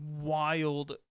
wild